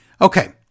Okay